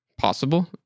Possible